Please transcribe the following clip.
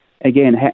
again